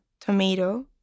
tomato